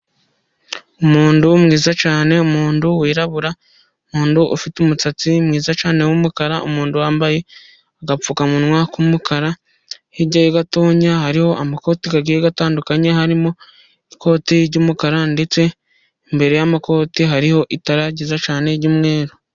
Umuntu mwiza cyane, umuntu wirabura ufite umusatsi mwiza cyane, umuntu wambaye agapfukamunwa k'umukara hirya gato hariho amakoti agiye atandukanye harimo ikoti ry'umukara ndetse imbere yamakoti hariho itara ryiza cane ry'umweru.